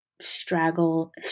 straggle